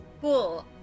Cool